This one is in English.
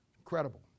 Incredible